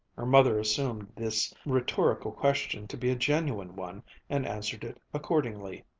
her mother assumed this rhetorical question to be a genuine one and answered it accordingly.